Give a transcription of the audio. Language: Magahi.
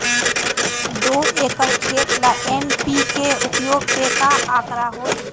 दो एकर खेत ला एन.पी.के उपयोग के का आंकड़ा होई?